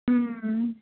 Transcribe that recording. ਹੂੰ